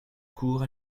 cours